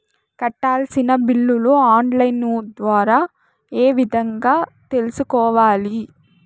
కట్టాల్సిన బిల్లులు online ద్వారా ఏ విధంగా తెలుసుకోవాలి?